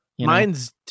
Mine's